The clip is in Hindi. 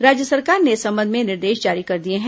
राज्य सरकार ने इस संबंध में निर्देश जारी कर दिए हैं